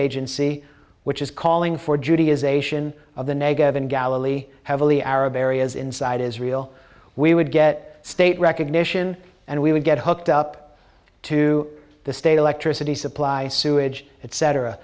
agency which is calling for judaization of the negev and galilee heavily arab areas inside israel we would get state recognition and we would get hooked up to the state electricity supply sewage et